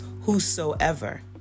whosoever